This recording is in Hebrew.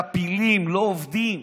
טפילים, לא עובדים.